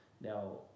Now